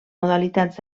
modalitats